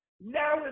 Now